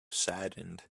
saddened